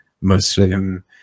Muslim